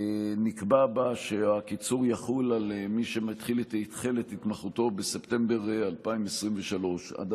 נקבע בה שהקיצור יחול על מי שהחל את התמחותו בספטמבר 2023. בעיניי,